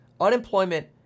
unemployment